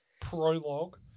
Prologue